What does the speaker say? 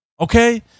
okay